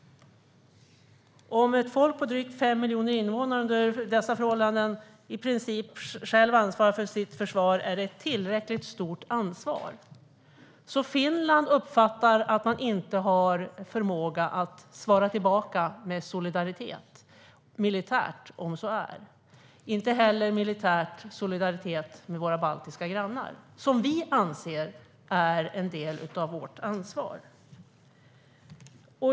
- Om ett folk på drygt fem miljoner invånare under dessa förhållanden i princip själv ansvarar för sitt försvar är det ett tillräckligt stort ansvar." Finland uppfattar alltså att man inte har förmåga att svara med solidaritet, militär om så är, med oss - eller med våra baltiska grannar, som vi anser är en del av vårt ansvar.